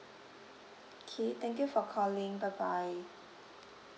K thank you for calling bye bye